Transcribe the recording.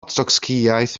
trotscïaeth